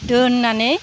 दोननानै